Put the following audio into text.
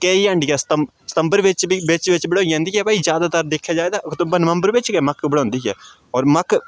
केईं हांडियै सितम्बर सितम्बर बिच बी बिच बिच बड़ोई जन्दी ऐ पाई जादातर दिक्खेआ जाये तां अक्टूबर नवम्बर बिच गै मक्क बड़ोंदी ऐ होर मक्क